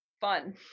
fun